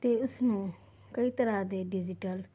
ਅਤੇ ਉਸ ਨੂੰ ਕਈ ਤਰ੍ਹਾਂ ਦੇ ਡਿਜੀਟਲ